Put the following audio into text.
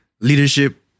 leadership